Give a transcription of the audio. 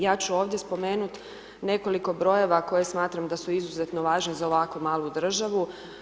Ja ću ovdje spomenuti nekoliko brojeva koje smatram da su izuzetno važne za ovako malu državu.